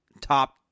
top